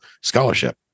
scholarship